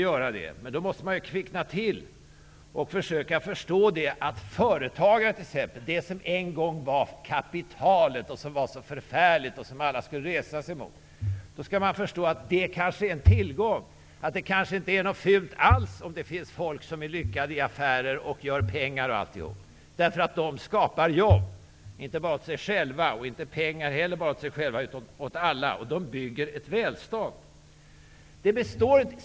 Men man måste kvickna till och förstå att t.ex. företagandet -- det som en gång var det kapital som var så förfärligt och som alla skulle resa sig emot -- kanske är en tillgång. Det kanske inte alls är fult att det finns folk som lyckas i affärer och tjänar pengar. Dessa människor skapar ju jobb, inte bara åt sig själva utan åt alla. De bygger ett välstånd.